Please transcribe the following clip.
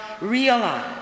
realize